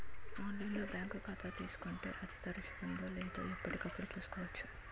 online లో bank ఖాతా తీసుకుంటే, అది తెరుచుకుందో లేదో ఎప్పటికప్పుడు చూసుకోవచ్చు